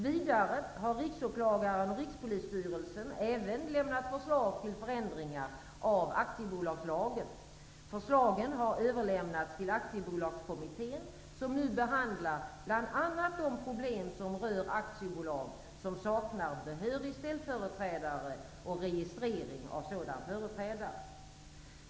Vidare har Riksåklagaren och Rikspolisstyrelsen även lämnat förslag till förändringar av aktiebolagslagen. Förslagen har överlämnats till Aktiebolagskommittén som nu behandlar bl.a. de problem som rör aktiebolag som saknar behörig ställföreträdare och registrering av sådan företrädare.